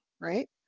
right